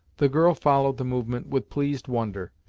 the girl followed the movement with pleased wonder,